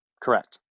Correct